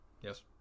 yes